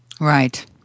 Right